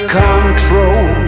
control